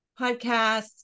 podcasts